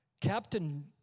Captain